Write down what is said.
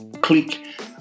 click